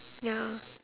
ya